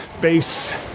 base